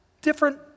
different